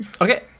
Okay